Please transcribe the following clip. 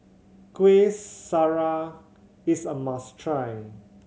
Kueh Syara is a must try